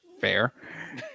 Fair